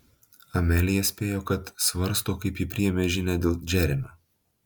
amelija spėjo kad svarsto kaip ji priėmė žinią dėl džeremio